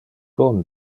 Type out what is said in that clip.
bon